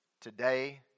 today